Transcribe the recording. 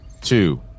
two